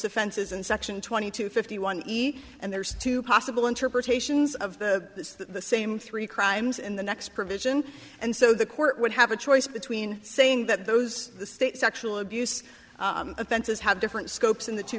offenses in section twenty two fifty one and there's two possible interpretations of the same three crimes in the next provision and so the court would have a choice between saying that those the state sexual abuse offenses have different scopes in the two